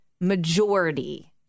majority